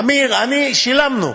עמיר, אני, שילמנו.